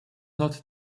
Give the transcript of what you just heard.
not